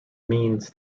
means